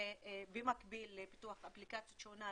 ובמקביל לפיתוח אפליקציה שונה,